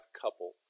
couple